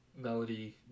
melody